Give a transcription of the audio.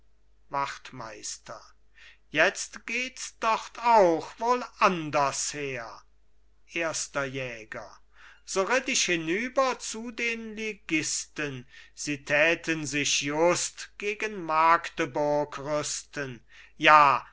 wachtmeister jetzt gehts dort auch wohl anders her erster jäger so ritt ich hinüber zu den ligisten sie täten sich just gegen magdeburg rüsten ja